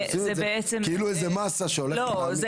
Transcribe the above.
אתם עושים את זה כאילו איזה מסה שהולכת -- לא,